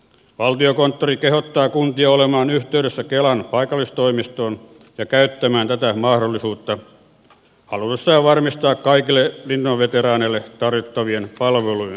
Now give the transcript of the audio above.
valtiokonttori kehottaa kuntia olemaan yhteydessä kelan paikallistoimistoon ja käyttämään tätä mahdollisuutta halutessaan varmistaa kaikille rintamaveteraaneille tarjottavien palvelujen saatavuuden